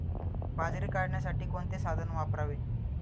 बाजरी काढण्यासाठी कोणते साधन वापरावे?